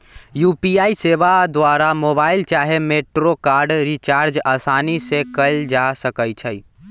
UPI सेवा द्वारा mobile चाहे मेट्रो कार्ड रिचार्ज असानी से कएल जा सकइ छइ